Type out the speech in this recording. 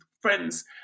friends